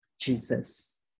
Jesus